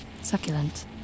succulent